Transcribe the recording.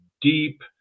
deep